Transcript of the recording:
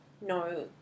no